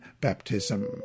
baptism